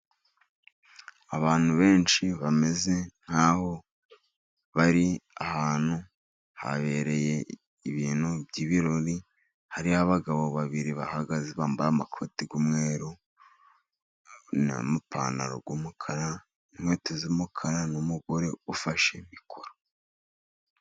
Abantu benshi bameze nk'aho bari ahantu habereye ibintu by'ibirori . Hariho abagabo babiri bahagaze ,bambaye amakoti y'umweru, amapantaro y'umukara, inkweto z'umukara n'umugore ufashe mikoro .